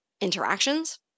interactions